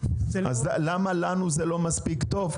אז למה לנו זה לא מספיק טוב?